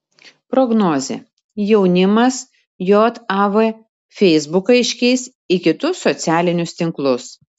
prognozė jaunimas jav feisbuką iškeis į kitus socialinius tinklus